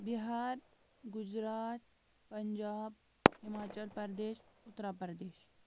Bihar Gujarat Punjab Himachal Pradesh Uttar Pradesh